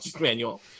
manual